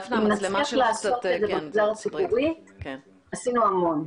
אם נצליח לעשות את זה במגזר הציבורי עשינו המון.